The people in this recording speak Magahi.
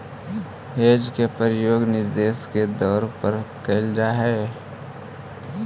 हेज के प्रयोग निवेश के तौर पर कैल जा हई